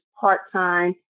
part-time